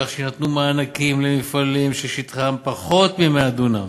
כך שיינתנו מענקים למפעלים ששטחם פחות מ-100 דונם,